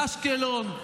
על אשקלון,